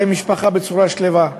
שלווה.